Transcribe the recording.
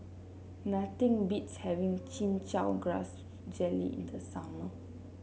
nothing beats having Chin Chow Grass Jelly in the summer